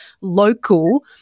local